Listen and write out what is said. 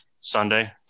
Sunday